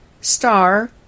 star